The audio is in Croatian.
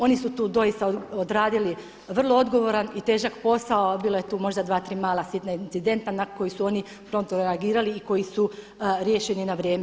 Oni su tu doista odradili vrlo odgovoran i težak posao, a bilo je tu možda dva, tri mala sitna incidenta na koji su oni promptno reagirali i koji su riješeni na vrijeme.